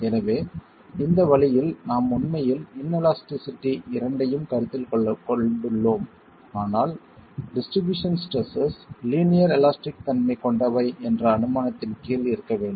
எனவே இந்த வழியில் நாம் உண்மையில் இன்எலாஸ்டிசிஐடி இரண்டையும் கருத்தில் கொண்டுள்ளோம் ஆனால் டிஸ்ட்ரிபியூஷன் ஸ்ட்ரெஸ்ஸஸ் லீனியர் எலாஸ்டிக் தன்மை கொண்டவை என்ற அனுமானத்தின் கீழ் இருக்க வேண்டும்